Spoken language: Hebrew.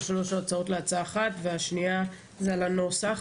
שלושת ההצעות להצעת חוק אחת והשנייה היא על הנוסח.